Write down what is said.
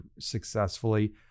successfully